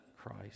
Christ